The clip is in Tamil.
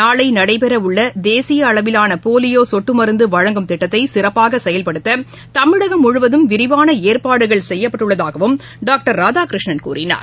நாளைநடைபெறவுள்ளதேசியஅளவிலானபோலியோசொட்டுமருந்துவழங்கும் திட்டத்தைசிறப்பாகசெயல்படுத்தமிழகம் முழுவதும் விரிவானஏற்பாடுகள் செய்யப்பட்டுள்ளதாகவும் டாக்டர் ராதாகிருஷ்ணன் கூறினார்